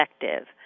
effective